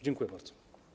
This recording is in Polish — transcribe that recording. Dziękuję bardzo.